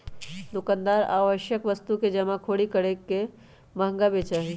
दुकानदार आवश्यक वस्तु के जमाखोरी करके महंगा बेचा हई